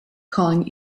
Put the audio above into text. calling